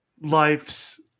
life's